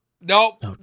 Nope